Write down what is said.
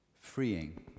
freeing